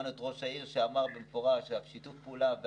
הערנו את זה בצורה מפורשת בדוח.